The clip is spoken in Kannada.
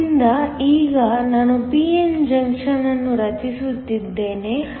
ಆದ್ದರಿಂದ ಈಗ ನಾನು p n ಜಂಕ್ಷನ್ ಅನ್ನು ರಚಿಸುತ್ತಿದ್ದೇನೆ